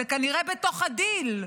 זה כנראה בתוך הדיל.